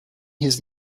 his